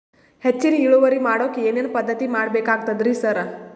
ಹೆಚ್ಚಿನ್ ಇಳುವರಿ ಮಾಡೋಕ್ ಏನ್ ಏನ್ ಪದ್ಧತಿ ಮಾಡಬೇಕಾಗ್ತದ್ರಿ ಸರ್?